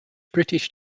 british